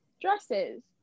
dresses